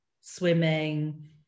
swimming